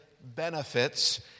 benefits